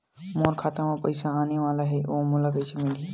मोर खाता म पईसा आने वाला हे ओहा मोला कइसे मिलही?